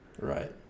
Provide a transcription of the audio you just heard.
Right